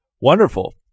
Wonderful